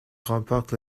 remporte